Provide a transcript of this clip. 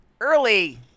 early